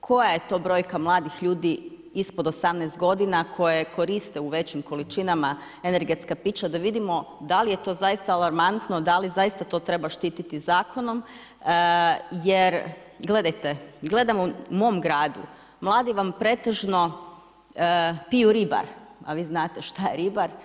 koja je to brojka mladih ljudi ispod 18 godina koje koriste u većim količinama energetska pića da vidimo da li je to zaista alarmantno, da li zaista to treba štiti zakonom jer gledajte, gledam u mom gradu, mladi vam pretežno piju Ribar, a vi znate šta je Ribar.